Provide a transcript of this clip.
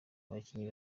abakinnyi